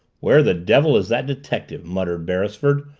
where the devil is that detective? muttered beresford,